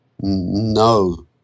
No